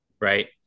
Right